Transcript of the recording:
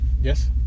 yes